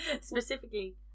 specifically